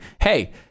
hey